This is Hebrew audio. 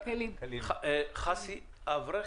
חסי אברך,